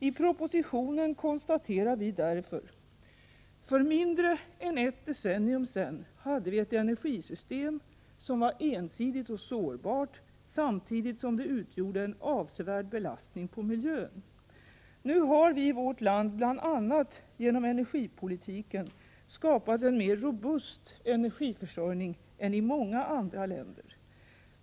I propositionen konstaterar vi därför: ”För mindre än ett decennium sedan hade vi ett energisystem som var ensidigt och sårbart, samtidigt som det utgjorde en avsevärd belastning på miljön. Nu har vi i vårt land bl.a. genom energipolitiken skapat en mer robust energiförsörjning än i många andra länder.